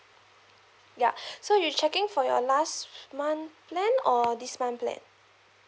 ya so you checking for your last month plan or this month plan